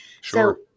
Sure